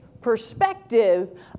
perspective